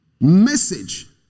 Message